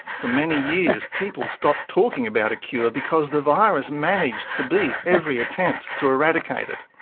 for many years people stopped talking about a cure because the virus managed to beat every attempt to eradicate it.